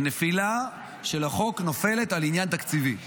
הנפילה של החוק היא על עניין תקציבי.